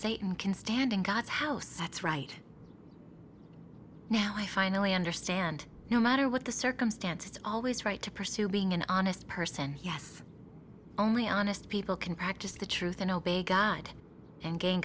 satan can stand in god's house that's right now i finally understand no matter what the circumstance it's always right to pursue being an honest person yes only honest people can practice the truth and obey god and gain